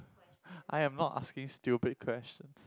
I am not asking stupid questions